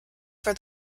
for